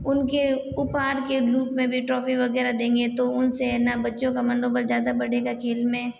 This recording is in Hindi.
उनके उपहार के रूप में भी ट्रॉफी वगैर देंगे तो उनसे है ना बच्चों का मनोबल ज़्यादा बढ़ेगा खेल में